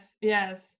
yes